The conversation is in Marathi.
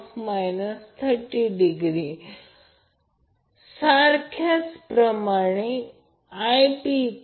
तर line voltage Vp VL√ 3 angle 30oZy असे लिहिले जाऊ शकते